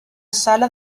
sala